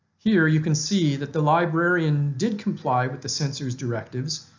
here you can see that the librarian did comply with the censors' directives,